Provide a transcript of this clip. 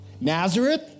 Nazareth